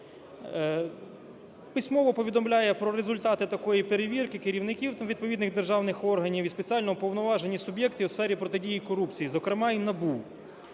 письмово повідомляє про результати такої перевірки керівників відповідних державних органів і спеціально уповноважені суб'єкти у сфері протидії корупції, зокрема і НАБУ.